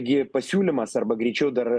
gi pasiūlymas arba greičiau dar